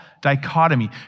dichotomy